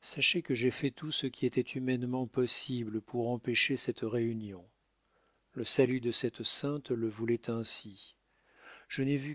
sachez que j'ai fait tout ce qui était humainement possible pour empêcher cette réunion le salut de cette sainte le voulait ainsi je n'ai vu